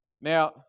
Now